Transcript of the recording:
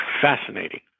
fascinating